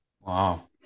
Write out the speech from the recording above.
Wow